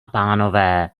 pánové